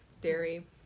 dairy